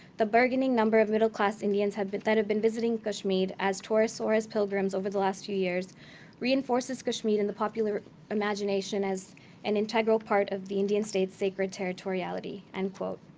the burgeoning number of middle class indians but that have been visiting kashmir as tourists or as pilgrims over the last few years reinforces kashmir in the popular imagination as an integral part of the indian state's sacred territoriality, end quote.